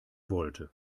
wollte